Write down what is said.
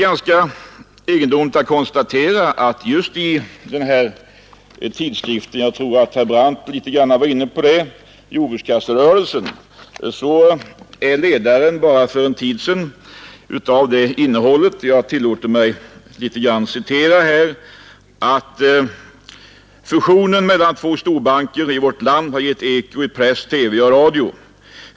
Tidskriften Jordbrukskasserörelsen, som också herr Brandt nämnde innehöll för en kort tid sedan en ledare som jag tillåter mig citera ur. ”Fusionen mellan två storbanker i vårt land har gett eko i pressen, TV och radio.